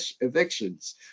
evictions